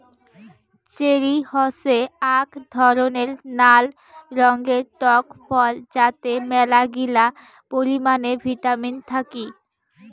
cherry হসে আক ধরণের নাল রঙের টক ফল যাতে মেলাগিলা পরিমানে ভিটামিন থাকি